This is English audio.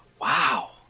Wow